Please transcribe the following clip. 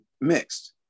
mixed